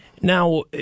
Now